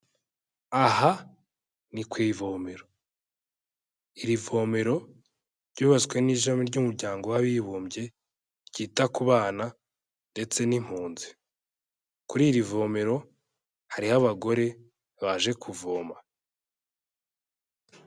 Aha ni ku ivomero, iri vomero ryubatswe n'ishami ry'umuryango w'abibumbye ryita ku bana ndetse n'impunzi, kuri iri vomero hariho abagore baje kuvoma.